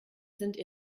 sind